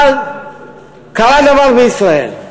אבל קרה דבר בישראל,